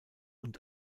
und